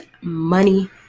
Money